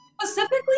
Specifically